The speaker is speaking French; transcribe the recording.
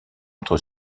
entre